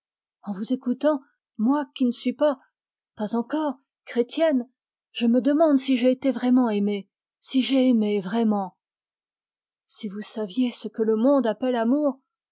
en vous écoutant moi qui ne suis pas pas encore chrétienne je me demande si j'ai été vraiment aimée si j'ai aimé vraiment si vous saviez ce que le monde appelle amour